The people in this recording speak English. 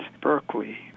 Berkeley